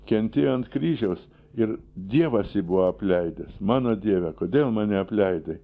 kentėjo ant kryžiaus ir dievas jį buvo apleidęs mano dieve kodėl mane apleidai